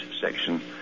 section